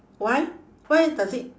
why why does it